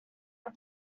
are